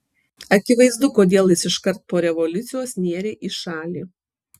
akivaizdu kodėl jis iškart po revoliucijos nėrė į šalį